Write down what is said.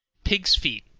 pigs' feet.